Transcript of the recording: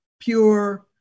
pure